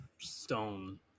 stone